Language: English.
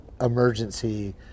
emergency